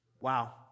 Wow